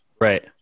Right